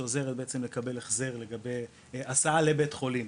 שעוזרת לקבל החזר בהסעה לבית חולים.